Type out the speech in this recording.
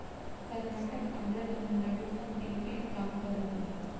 कर्नाटक, आन्द्रा, तमिलनाडू सब ऐइपे काम कर रहल बा